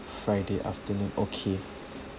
friday afternoon okay